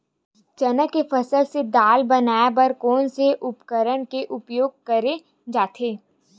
चना के फसल से दाल बनाये बर कोन से उपकरण के उपयोग करे जाथे?